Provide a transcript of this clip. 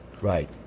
Right